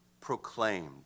Proclaimed